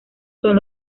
son